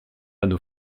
nos